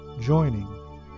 joining